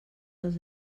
els